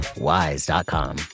WISE.com